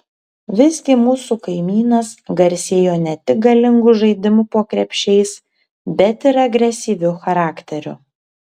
visgi mūsų kaimynas garsėjo ne tik galingu žaidimu po krepšiais bet ir agresyviu charakteriu